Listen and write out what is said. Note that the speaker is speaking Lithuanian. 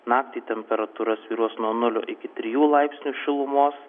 naktį temperatūra svyruos nuo nulio iki trijų laipsnių šilumos